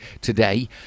today